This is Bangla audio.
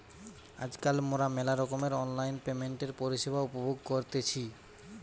আজকাল মোরা মেলা রকমের অনলাইন পেমেন্টের পরিষেবা উপভোগ করতেছি